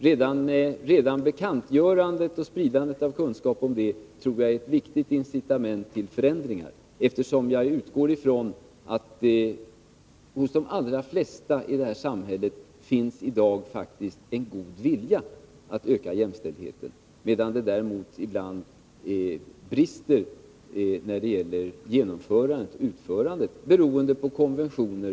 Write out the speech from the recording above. Redan bekantgörandet av och spridandet av kunskap om detta material tror jag är ett viktigt incitament till förändringar, eftersom jag utgår från att det i dag hos de allra flesta i detta samhälle faktiskt finns en god vilja att öka jämställdheten. Däremot brister det ibland när det gäller utförandet, bl.a. beroende på konventioner.